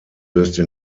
löste